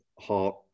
heart